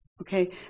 Okay